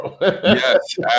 Yes